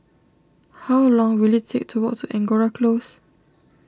how long will it take to walk to Angora Close